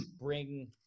bring